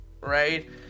right